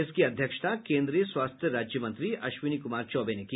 इसकी अध्यक्षता केन्द्रीय स्वास्थ्य राज्य मंत्री अश्विनी कुमार चौबे ने की